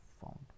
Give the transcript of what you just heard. found